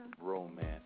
romance